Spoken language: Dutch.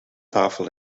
tafel